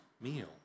meal